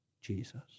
jesus